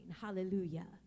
Hallelujah